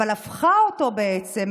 אלא הפכה אותו בעצם